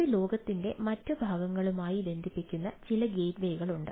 ഇത് ലോകത്തിന്റെ മറ്റു ഭാഗങ്ങളുമായി ബന്ധിപ്പിക്കുന്ന ചില ഗേറ്റ്വേകളുണ്ട്